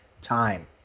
time